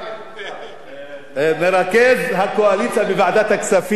מרכז הקואליציה בוועדת הכספים,